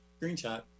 screenshot